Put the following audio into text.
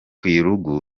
irugu